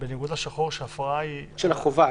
בניגוד לשחור שההפרה היא -- של החובה.